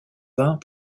vins